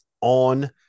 on